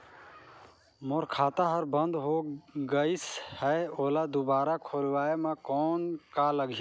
मोर खाता हर बंद हो गाईस है ओला दुबारा खोलवाय म कौन का लगही?